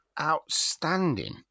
outstanding